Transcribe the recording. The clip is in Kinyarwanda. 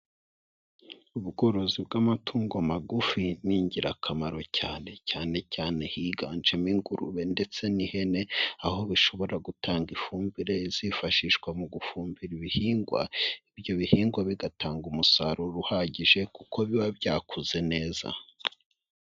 Ubworozi bw'amatungo magufi ni ingirakamaro cyane, cyane cyane higanjemo ingurube ndetse n'ihene aho bishobora gutanga ifumbire izifashishwa mu gufumbira ibihingwa, ibyo bihingwa bigatanga umusaruro uhagije kuko biba byakuze neza.